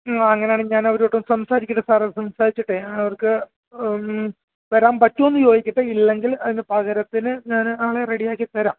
ആ അങ്ങനെയാണെങ്കിൽ ഞാൻ അവരുമായിട്ട് ഒന്ന് സംസാരിക്കട്ടെ സാറേ സംസാരിച്ചിട്ടെ അവർക്ക് മ് മ് വരാൻ പറ്റുമോയെന്നു ചോദിക്കട്ടെ ഇല്ലെങ്കിൽ പകരത്തിന് ഞാൻ ആളെ റെഡിയാക്കി തരാം